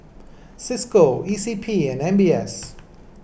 Cisco E C P and M B S